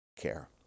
care